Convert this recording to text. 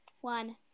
One